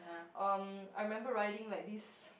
um I remember riding like this